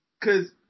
Cause